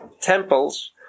temples